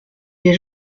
les